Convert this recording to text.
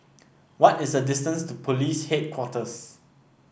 what is the distance to Police Headquarters